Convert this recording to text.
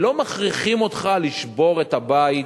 לא מכריחים אותך לשבור את הבית.